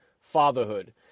FATHERHOOD